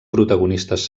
protagonistes